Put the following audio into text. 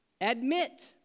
admit